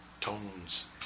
tones